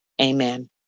amen